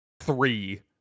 three